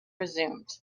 resumed